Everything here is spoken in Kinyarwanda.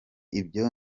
ibyo